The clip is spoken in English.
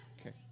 Okay